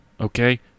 okay